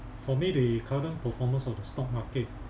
for me the current performance of the stock market